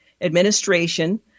administration